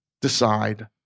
decide